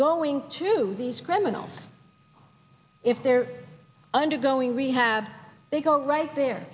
going to these criminals if they're going rehab they go right there